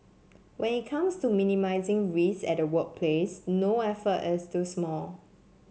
when it comes to minimising risks at the workplace no effort is too small